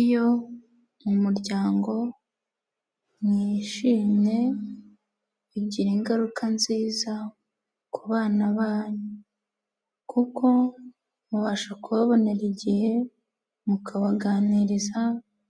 Iyo mu muryango mwishimye bigira ingaruka nziza ku bana banyu, kuko mubasha kubabonera igihe, mukabaganiriza,